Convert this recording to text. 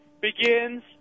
begins